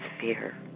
fear